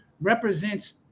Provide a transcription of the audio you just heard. represents